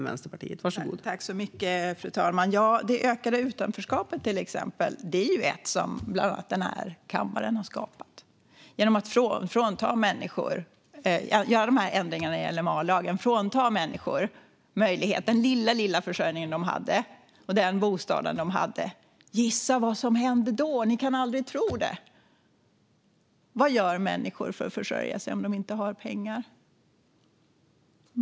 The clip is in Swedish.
Fru talman! Det ökade utanförskapet, till exempel, är något som bland annat den här kammaren har skapat genom att göra ändringarna i LMA och frånta människor möjligheten till den lilla försörjning och den bostad de hade. Gissa vad som händer då - ni kan aldrig tro det! Vad gör människor för att försörja sig om de inte har pengar?